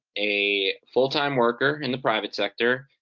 a full-time worker in the private sector,